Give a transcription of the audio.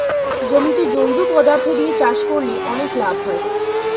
জমিতে জৈব পদার্থ দিয়ে চাষ করলে অনেক লাভ হয়